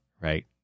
right